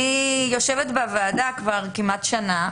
אני יושבת בוועדה כבר כמעט שנה,